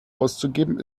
auszugeben